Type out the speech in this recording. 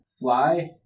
fly